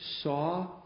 saw